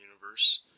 universe